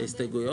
על ההסתייגויות?